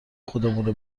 خودمونه